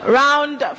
round